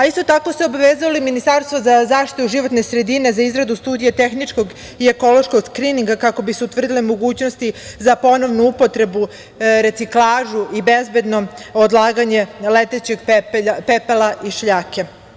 Isto tako se obavezalo i Ministarstvo za zaštitu životne sredine za izradu studije tehničkog i ekološkog skrininga kako bi se utvrdile mogućnosti za ponovnu upotrebu reciklaže i bezbednom odlaganje letećeg pepela i šljake.